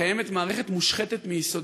קיימת מערכת מושחתת מיסודה: